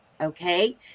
Okay